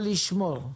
או לשמור.